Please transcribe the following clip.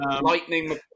Lightning